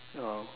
oh